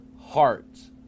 hearts